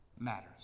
matters